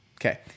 Okay